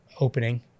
opening